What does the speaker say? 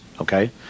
okay